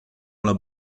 alla